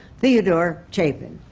theodore chapin.